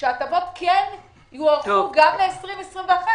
שההטבות יוארכו גם ל-2021.